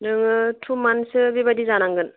नोङो टु मान्थ्ससो बेबायदि जानांगोन